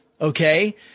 okay